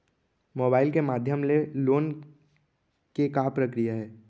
Mobile के माधयम ले लोन के का प्रक्रिया हे?